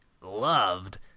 loved